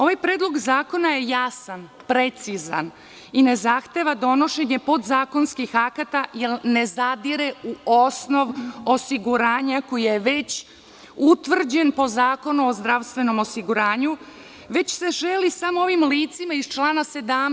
Ovaj predlog zakona je jasan, precizan i ne zahteva donošenje podzakonskih akata jer ne zadire u osnov osiguranja koji je već utvrđen po Zakonu o zdravstvenom osiguranju već se želi samo ovim licima iz člana 17.